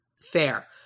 Fair